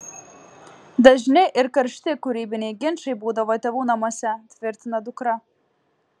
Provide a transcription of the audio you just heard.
dažni ir karšti kūrybiniai ginčai būdavo tėvų namuose tvirtina dukra